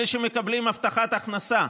אלה שמקבלים הבטחת הכנסה,